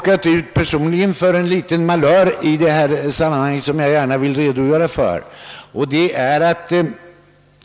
Jag har personligen råkat ut för en liten malör i detta sammanhang som jag gärna vill redogöra för.